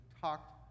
talked